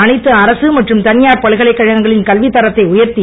அனைத்து அரசு மற்றும் தனியார் பல்கலைக் கழகங்களின் கல்வித்தரத்தை உயர்த்தி